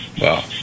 Wow